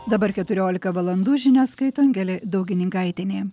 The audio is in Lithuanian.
dabar keturiolika valandų žinias skaito angelė daugininkaitienė